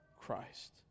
Christ